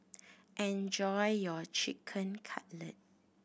enjoy your Chicken Cutlet